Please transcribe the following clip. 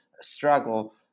struggle